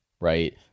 right